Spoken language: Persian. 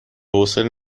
حوصله